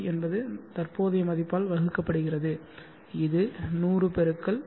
we என்பது தற்போதைய மதிப்பால் வகுக்கப்படுகிறது இது 100x 7